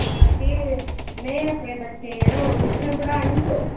हां ते में अपने बच्चें ई अड़ो ट्यूशन पढ़ानी ही